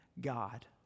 God